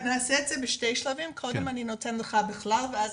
נעשה את זה בשני שלבים, קודם באופן כללי ואז